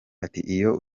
atiiyo